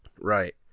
Right